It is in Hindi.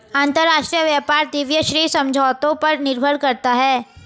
अंतरराष्ट्रीय व्यापार द्विपक्षीय समझौतों पर निर्भर करता है